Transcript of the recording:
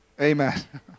Amen